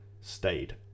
stayed